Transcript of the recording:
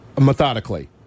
methodically